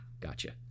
gotcha